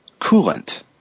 coolant